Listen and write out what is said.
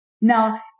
Now